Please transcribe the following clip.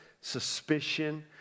suspicion